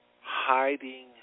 hiding